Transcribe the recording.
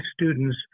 students